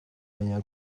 baina